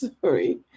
Sorry